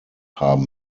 haben